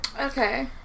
Okay